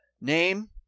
Name